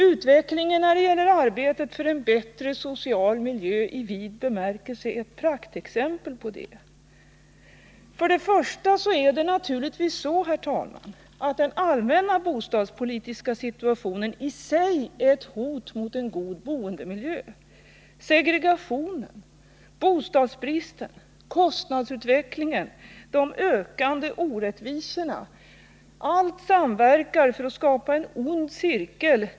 Utvecklingen när det gäller arbetet för en bättre social miljö i vid bemärkelse är ett praktexempel på det. Den allmänna bostadspolitiska situationen i sig är naturligtvis ett hot mot en god boendemiljö. Segregationen, bostadsbristen, kostnadsutvecklingen och de ökande orättvisorna samverkar för att skapa en ond cirkel.